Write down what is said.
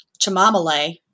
chamomile